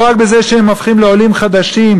לא רק בזה שהם הופכים לעולים חדשים,